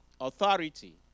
authority